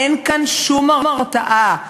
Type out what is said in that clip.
אין כאן שום הרתעה.